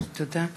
תודה.